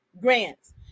Grants